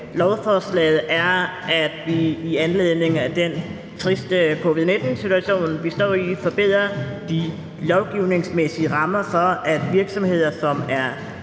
lovforslaget, er, at vi i anledning af den triste covid-19-situation, vi står i, forbedrer de lovgivningsmæssige rammer for, at virksomheder, som er